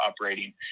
operating